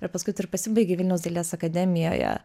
ir paskui tu ir pasibaigei vilniaus dailės akademijoje